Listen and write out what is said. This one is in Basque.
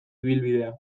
ibilbidea